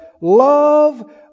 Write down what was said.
love